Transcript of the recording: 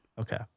okay